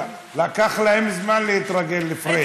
לקח להם זמן להתרגל לפריג'.